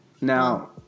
Now